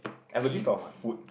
I've a list of food